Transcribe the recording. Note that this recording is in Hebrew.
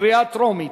קריאה טרומית.